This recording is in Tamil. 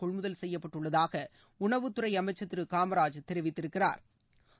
கொள்முதல் செய்யப்பட்டுள்ளதாக உணவுத்துறை அமைச்சா் திரு காமராஜ் தெரிவித்திருக்கிறாா்